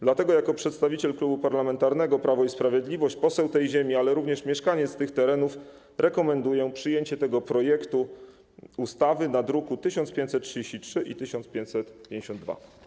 Dlatego jako przedstawiciel Klubu Parlamentarnego Prawo i Sprawiedliwość, poseł tej ziemi, ale również mieszkaniec tych terenów rekomenduję przyjęcie tego projektu ustawy, druki nr 1533 i 1552.